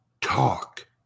talk